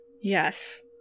Yes